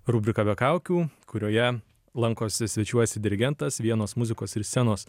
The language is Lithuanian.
rubrika be kaukių kurioje lankosi svečiuojasi dirigentas vienos muzikos ir scenos